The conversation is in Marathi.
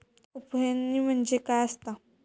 उफणणी म्हणजे काय असतां?